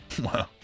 Wow